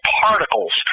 particles